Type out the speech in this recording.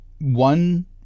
one